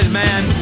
man